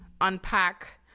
unpack